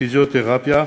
פיזיותרפיה,